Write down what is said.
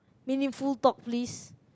meaningful talk please